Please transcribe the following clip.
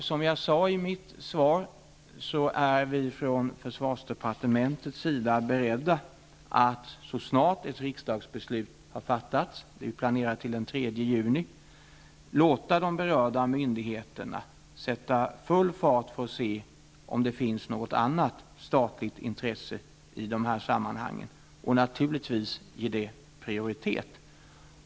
Som jag sade i mitt svar är vi från försvarsdepartementets sida beredda att så snart ett riksdagsbeslut har fattats, det är planerat till den 3 juni, låta de berörda myndigheterna sätta full fart för att se om det finns något annat statligt intresse i de här sammanhangen och naturligtvis ge det prioritet.